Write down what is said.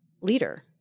leader